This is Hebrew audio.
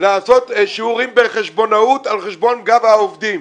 לעשות שיעורים בחשבונאות על גב העובדים.